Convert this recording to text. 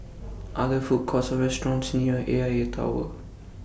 Are There Food Courts Or restaurants near A I A Tower